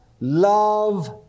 love